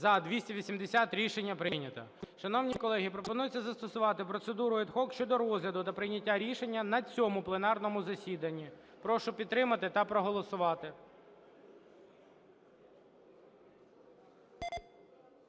За-280 Рішення прийнято. Шановні колеги, пропонується застосувати процедуру ad hoc щодо розгляду та прийняття рішення на цьому пленарному засіданні. Прошу підтримати та проголосувати.